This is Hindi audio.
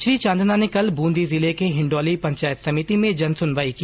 श्री चांदना ने कल बूंदी जिले की हिण्डोली पंचायत समिति में जन सुनवाई की